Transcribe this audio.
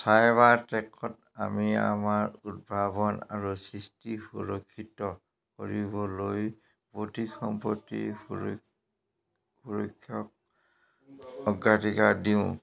cyber ট্ৰেকত আমি আমাৰ উদ্ভাৱন আৰু সৃষ্টি সুৰক্ষিত কৰিবলৈ বৌদ্ধিক সম্পত্তি সুৰ সুৰক্ষাক অগ্ৰাধিকাৰ দিওঁ